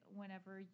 whenever